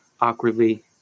awkwardly